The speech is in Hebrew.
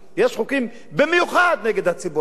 יש חוקים במיוחד נגד הציבור הערבי,